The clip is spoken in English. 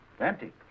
Empty